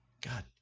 God